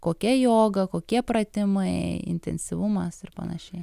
kokia joga kokie pratimai intensyvumas ir panašiai